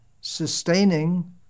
sustaining